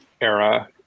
era